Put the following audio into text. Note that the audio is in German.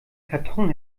karton